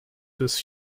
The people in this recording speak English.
his